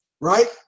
right